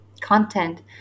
content